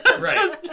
right